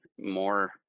more